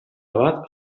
bat